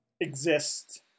exist